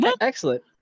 Excellent